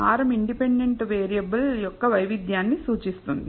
హారం independent variable యొక్క వైవిధ్యాన్ని సూచిస్తుంది